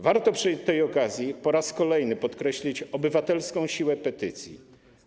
Warto przy tej okazji po raz kolejny podkreślić obywatelską siłę petycji.